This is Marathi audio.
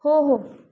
हो हो